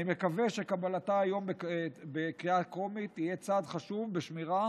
אני מקווה שקבלתה היום בקריאה טרומית תהיה צעד חשוב בשמירה